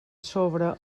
sobre